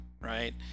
right